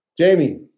Jamie